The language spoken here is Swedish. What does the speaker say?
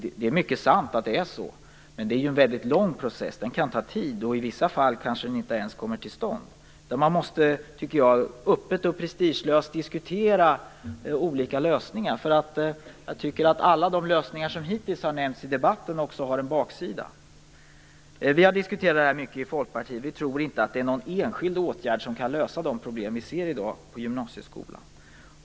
Det är mycket sant att det är så, men det är ju en väldigt lång process. Den kan ta tid, och i vissa fall kanske den inte ens kommer till stånd. Jag tycker att man öppet och prestigelöst måste diskutera olika lösningar. Alla de lösningar som hittills har nämnts i debatten har också en baksida. Vi har diskuterat det här mycket i Folkpartiet. Vi tror inte att någon enskild åtgärd kan lösa de problem vi ser i dag inom gymnasieskolan.